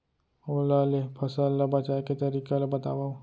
ओला ले फसल ला बचाए के तरीका ला बतावव?